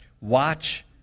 Watch